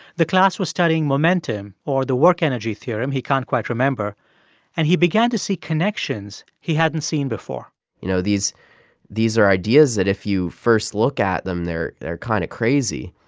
the class was studying momentum or the work energy theorem. he can't quite remember and he began to see connections he hadn't seen before you know, these these are ideas that, if you first look at them, they're they're kind of crazy.